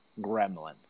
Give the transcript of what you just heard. gremlin